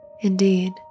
Indeed